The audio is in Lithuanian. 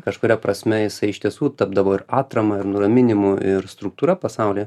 kažkuria prasme jisai iš tiesų tapdavo ir atrama ir nuraminimu ir struktūra pasaulyje